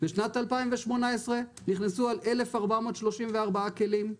בשנת 2018 נכנסו 1,434 כלים,